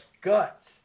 guts